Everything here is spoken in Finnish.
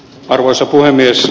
arvoisa puhemies